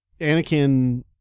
Anakin